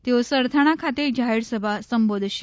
તેઓ સરથાણા ખાતે જાહેરસભા સંબોધશે